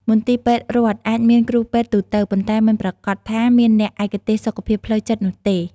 មន្ទីរពេទ្យរដ្ឋអាចមានគ្រូពេទ្យទូទៅ ប៉ុន្តែមិនប្រាកដថាមានអ្នកឯកទេសសុខភាពផ្លូវចិត្តនោះទេ។